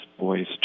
boys